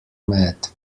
mad